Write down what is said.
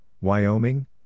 Wyoming